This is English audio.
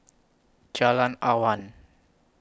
Jalan Awan